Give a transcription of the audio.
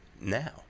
now